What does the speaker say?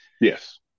Yes